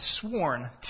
sworn